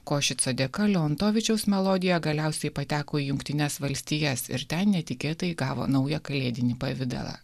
košico dėka leontovičiaus melodija galiausiai pateko į jungtines valstijas ir ten netikėtai įgavo naują kalėdinį pavidalą